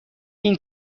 این